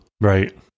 Right